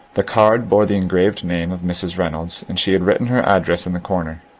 the card bore the engraved name of mrs. reynolds, and she had written her address in the corner.